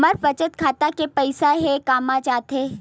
हमर बचत खाता के पईसा हे कामा जाथे?